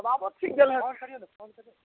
बाबो सिख गेलै एँ फोन करियौ ने फोन करियौ ने फोन